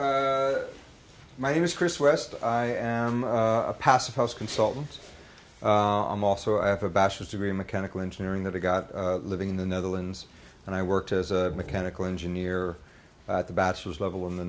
o my name is chris west i am a passive house consultant i'm also i have a bachelor's degree in mechanical engineering that i've got living in the netherlands and i worked as a mechanical engineer at the batches level in the